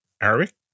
Arabic